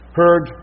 heard